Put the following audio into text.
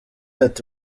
ati